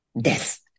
death